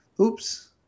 oops